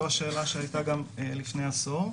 זו הייתה השאלה גם לפני עשור.